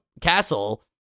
castle